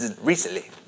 recently